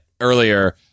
earlier